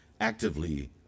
actively